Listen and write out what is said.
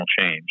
change